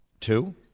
two